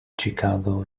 chicago